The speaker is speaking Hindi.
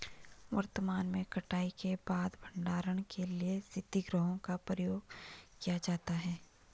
वर्तमान में कटाई के बाद भंडारण के लिए शीतगृहों का प्रयोग किया जाता है